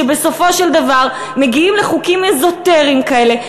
שבסופו של דבר מגיעים לחוקים אזוטריים כאלה,